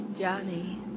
Johnny